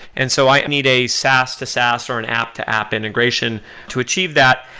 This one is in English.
and so i need a saas to saas, or an app to app integration to achieve that.